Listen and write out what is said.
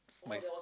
my